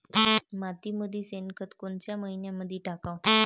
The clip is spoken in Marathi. मातीमंदी शेणखत कोनच्या मइन्यामंधी टाकाव?